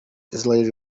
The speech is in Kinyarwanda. israel